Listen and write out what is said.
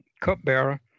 cupbearer